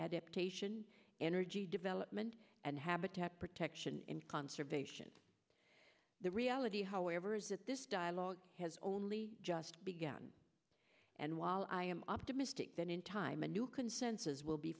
adaptation energy development and habitat protection and conservation the reality however is that this dialogue has only just begun and while i am optimistic that in time a new consensus will be